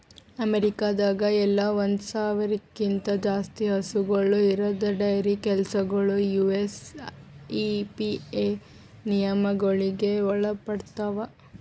ಅಮೇರಿಕಾದಾಗ್ ಎಲ್ಲ ಒಂದ್ ಸಾವಿರ್ಕ್ಕಿಂತ ಜಾಸ್ತಿ ಹಸುಗೂಳ್ ಇರದ್ ಡೈರಿ ಕೆಲಸಗೊಳ್ ಯು.ಎಸ್.ಇ.ಪಿ.ಎ ನಿಯಮಗೊಳಿಗ್ ಒಳಪಡ್ತಾವ್